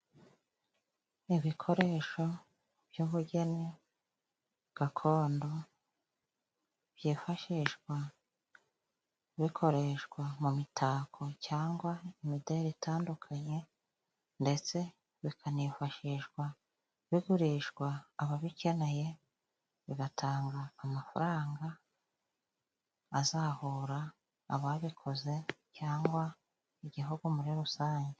Ibikoresho by'ubugeni gakondo byifashishwa bikoreshwa mu mitako cyangwa imideli itandukanye ndetse bikanifashishwa bigurishwa ababikeneye bigatanga amafaranga azahura ababikoze cyangwa igihugu muri rusange.